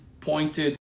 pointed